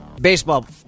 Baseball